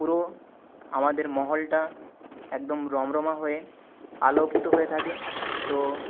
পুরো আমাদের মহলটা একদম রমরমা হয়ে আলোকিত হয়ে থাকে তো